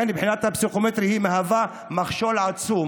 הבחינה הפסיכומטרית מהווה מכשול עצום